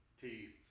Teeth